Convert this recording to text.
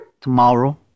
tomorrow